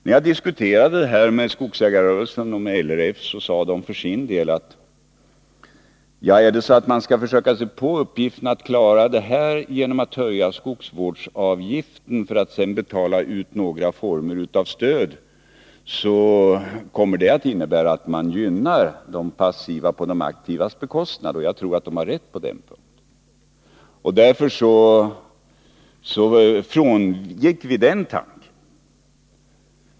När jag diskuterade detta med skogsägarrörelsen och med LRF, sade de för sin del att om det är så att man skall försöka sig på uppgiften att klara detta genom att höja skogsvårdsavgiften, för att sedan betala ut några former av stöd, kommer det att innebära att man gynnar de passiva på de aktivas bekostnad. Jag tror att de har rätt på den punkten. Därför frångick vi den tanken.